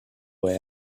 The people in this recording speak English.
boy